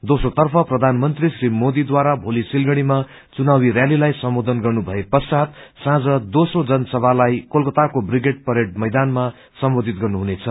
दोस्रो तर्फ प्रधानमन्त्री श्री मोदीद्वारा भोली सिलगढ़ीमा चुनावी रयालीलाई सम्बोधन गर्नुभए पश्चात साँझ दोस्रो जनसभालाई कलकताको ब्रिगेड परेड मैदानमा सम्बोधित गर्नुहुनेछ